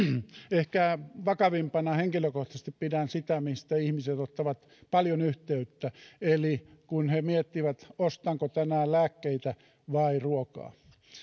ehkä vakavimpana henkilökohtaisesti pidän sitä mistä ihmiset ottavat paljon yhteyttä he miettivät ostanko tänään lääkkeitä vai ruokaa